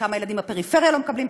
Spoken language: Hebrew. כמה ילדים בפריפריה לא מקבלים,